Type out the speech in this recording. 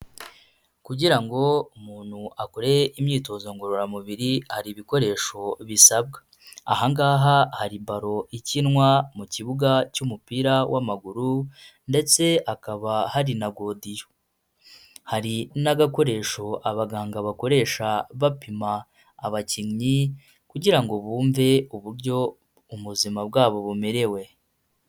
Kugira ngo umuntu akore imyitozo ngororamubiri hari ibikoresho bisabwa. Ahangaha hari baro ikinwa mu kibuga cy'umupira w'amaguru ndetse hakaba hari na godiyo. Hari n'agakoresho abaganga bakoresha bapima abakinnyi kugira ngo bumve uburyo ubuzima bwabo bumerewe.